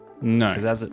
No